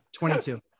22